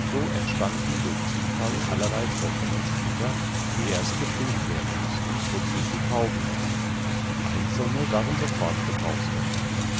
so entstanden durch zufall allerlei brocken und splitter die erst geprüft werden mußten wozu sie taugen mochten einzelne waren sofort